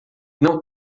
não